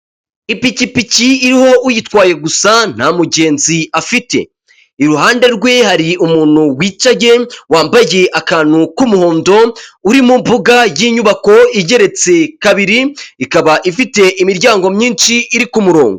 Ipikipiki iriho uyitwaye gusa nta mugenzi afite iruhande rwe hari umuntu wicaye wambaye akantu k'umuhondo, uri mu imbuga y'inyubako igeretse kabiri, ikaba ifite imiryango myinshi iri ku murongo.